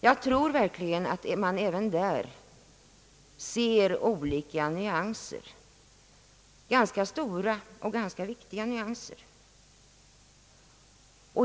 Jag tror verkligen att man även där ser olika, ganska stora och ganska viktiga nyanser.